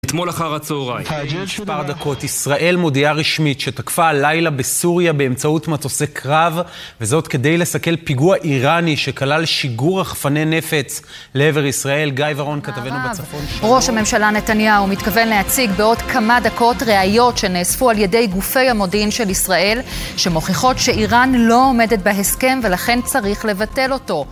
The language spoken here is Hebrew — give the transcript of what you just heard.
אתמול אחר הצהריים. לפני מספר דקות ישראל מודיעה רשמית שתקפה הלילה בסוריה באמצעות מטוסי קרב, וזאת כדי לסכל פיגוע איראני שכלל שיגור רחפני נפץ לעבר ישראל, גיא ורון כתבנו בצפון... ראש הממשלה נתניהו מתכוון להציג בעוד כמה דקות ראיות שנאספו על ידי גופי המודיעין של ישראל, שמוכיחות שאיראן לא עומדת בהסכם ולכן צריך לבטל אותו